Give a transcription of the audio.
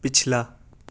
پچھلا